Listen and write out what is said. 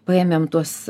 paėmėm tuos